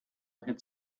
hit